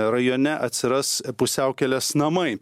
rajone atsiras pusiaukelės namai